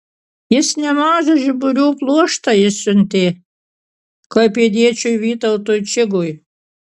jis nemažą žiburių pluoštą išsiuntė klaipėdiečiui vytautui čigui